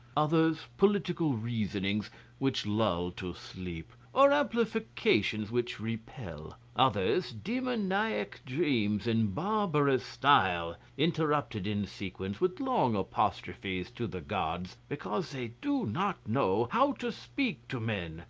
others political reasonings which lull to sleep, or amplifications which repel others demoniac dreams in barbarous style, interrupted in sequence, with long apostrophes to the gods, because they do not know how to speak to men,